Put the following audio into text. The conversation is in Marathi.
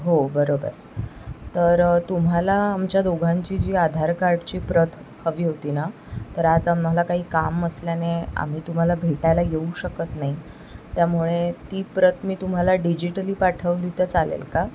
हो बरोबर तर तुम्हाला आमच्या दोघांची जी आधार कार्डची प्रत हवी होती ना तर आज आम्हाला काही काम असल्याने आम्ही तुम्हाला भेटायला येऊ शकत नाही त्यामुळे ती प्रत मी तुम्हाला डिजिटली पाठवली तर चालेल का